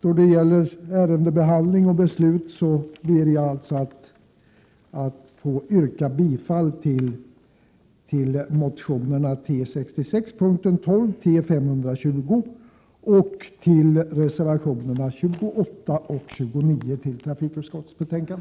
när det gäller ärendebehandling och beslut ber jag att få yrka bifall till motionerna T66 yrkande 12 och T520 samt till reservationerna 28 och 29 i trafikutskottets betänkande.